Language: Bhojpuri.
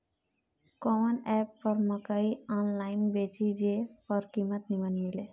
कवन एप पर मकई आनलाइन बेची जे पर कीमत नीमन मिले?